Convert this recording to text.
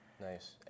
Nice